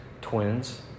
twins